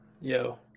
Yo